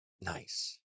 Nice